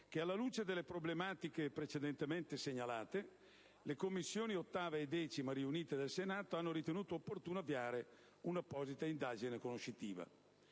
che alla luce delle problematiche precedentemente segnalate le Commissioni riunite 8a e 10a del Senato hanno ritenuto opportuno avviare un'apposita indagine conoscitiva.